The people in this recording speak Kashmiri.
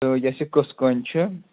تہٕ یَس یہِ کٔژ کٲنۍ چھِ